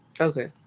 okay